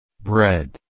Bread